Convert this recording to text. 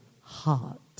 heart